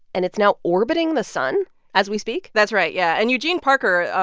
and it's now orbiting the sun as we speak? that's right, yeah. and eugene parker,